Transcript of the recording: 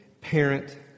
parent